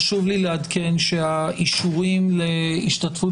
חשוב לי לעדכן שהאישורים להשתתפות